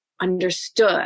understood